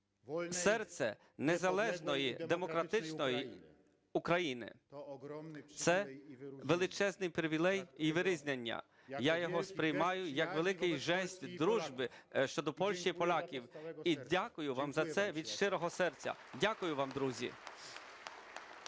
серце незалежної, демократичної України. Це величезний привілей і вирізнення, я його сприймаю як великий жест дружби щодо Польщі і поляків і дякую вам за це від щирого серця. Дякую вам, друзі.